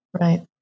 Right